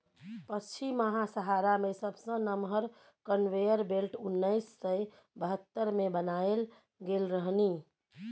पछिमाहा सहारा मे सबसँ नमहर कन्वेयर बेल्ट उन्नैस सय बहत्तर मे बनाएल गेल रहनि